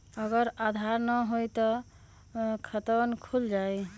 अगर आधार न होई त खातवन खुल जाई?